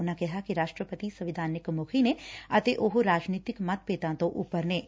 ਉਨੂਾ ਕਿਹਾ ਕਿ ਰਾਸ਼ਟਰਪਤੀ ਸੰਵਿਧਾਨਿਕ ਮੁੱਖੀ ਨੇ ਅਤੇ ਉਹ ਰਾਜਨੀਤਿਕ ਮਤਭੇਦਾਂ ਤੋਂ ਉਪਰ ਨੇਂ